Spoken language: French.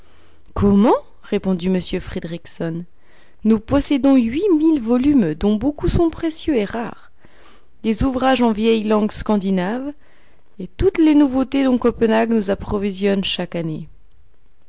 comment répondit m fridriksson nous possédons huit mille volumes dont beaucoup sont précieux et rares des ouvrages en vieille langue scandinave et toutes les nouveautés dont copenhague nous approvisionne chaque année